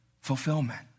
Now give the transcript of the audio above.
fulfillment